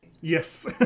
Yes